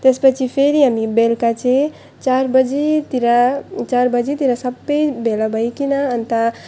त्यसपछि फेरि हामी बेलुका चाहिँ चार बजीतिर चार बजीतिर सबै भेला भइकन अन्त